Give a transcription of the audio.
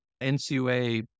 NCUA